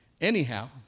Anyhow